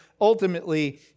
ultimately